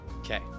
Okay